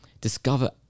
discover